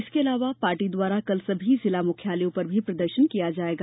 इसके अलावा पार्टी द्वारा कल सभी जिला मुख्यालयो पर भी प्रदर्शन किया जाएगा